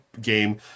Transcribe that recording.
game